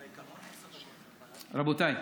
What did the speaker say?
רבותיי,